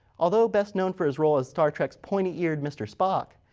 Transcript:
although best known for his role as star trek's pointy-eared mister spock.